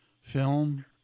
film